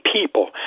people